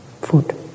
food